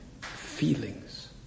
feelings